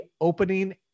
opening